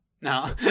No